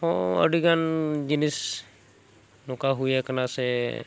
ᱦᱚᱸ ᱟᱹᱰᱤ ᱜᱟᱱ ᱡᱤᱱᱤᱥ ᱱᱚᱝᱠᱟ ᱦᱩᱭ ᱟᱠᱟᱱᱟ ᱥᱮ